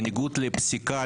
בניגוד לפסיקה,